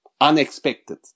unexpected